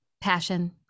passion